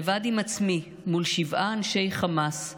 לבד עם עצמי מול שבעה אנשי חמאס,